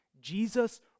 Jesus